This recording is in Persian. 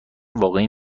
واقعی